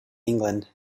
england